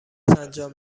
انجام